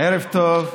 ערב טוב.